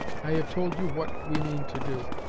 i have told you what we mean to do.